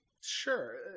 Sure